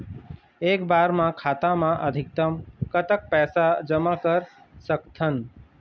एक बार मा खाता मा अधिकतम कतक पैसा जमा कर सकथन?